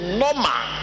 normal